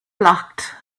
blocked